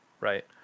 Right